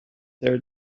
their